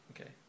Okay